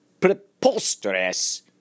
Preposterous